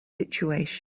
situation